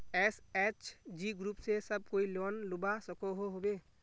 SHG group से सब कोई लोन लुबा सकोहो होबे?